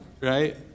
right